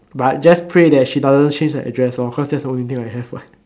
but just pray that she doesn't change her address lor because that's the only thing I have what